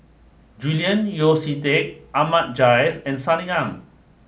Julian Yeo See Teck Ahmad Jais and Sunny Ang